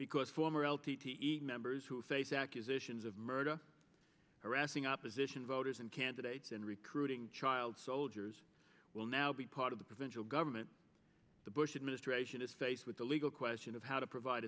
because former l t e members who face accusations of murder harassing opposition voters and candidates in recruiting child soldiers will now be part of the provincial government the bush administration is faced with the legal question of how to provide